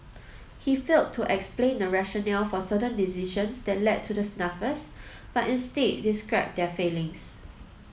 he failed to explain the rationale for certain decisions that led to the snafus but instead described their failings